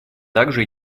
также